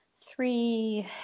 three